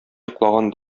йоклаган